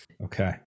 Okay